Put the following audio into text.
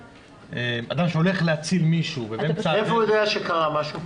איך הוא יודע שקרה משהו?